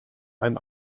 ein